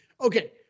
Okay